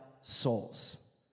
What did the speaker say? souls